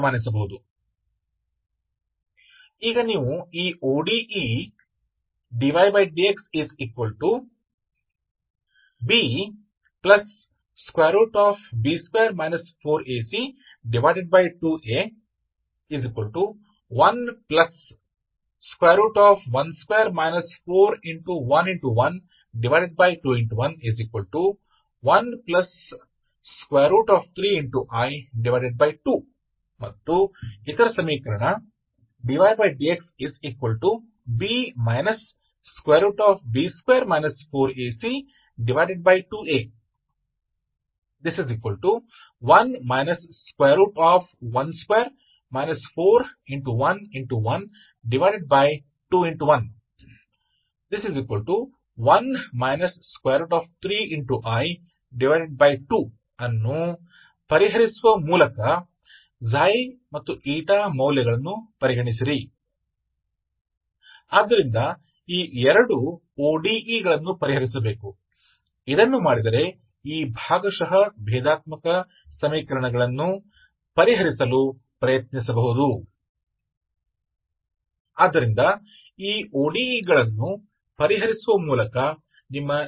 अब आप ODE's इस को हल करके इसे पर अपने को विचार करें dydxBB2 4AC2A 112 4112113i2 और अन्य समीकरण भी है dydxBB2 4AC2A 1 12 411211 3i2 तो ये दो ODE's हैं इसलिए आपको हल करना होगा इसलिए यदि आप ऐसा करते हैं तो आप पार्शियल डिफरेंशियल समीकरणों को हल करने का प्रयास करते हैं 3141 तो इस ODE's को हल करके आप देख सकते हैं कि आपका xyजो कुछ भी समाधान होगा इसलिए समाधान है या आप इसे पहले हल करते हैं इसलिए dy12i32dxतो यह y 12i32xC1 हो जाता है तो यह आपकाxy होना चाहिए और इसी तरह यहाँ क्योंकि ये जटिल चीजें हैं इसलिए आप देख सकते हैं कि यदि आप सीधे dy12 i32dx करते हैं तो आपको y 12 i32xC2 मिलता है